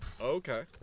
Okay